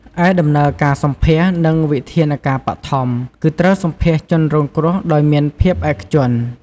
ឯដំណើរការសម្ភាសន៍ និងវិធានការបឋម គឺត្រូវសម្ភាសន៍ជនរងគ្រោះដោយមានភាពឯកជន។